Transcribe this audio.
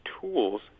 tools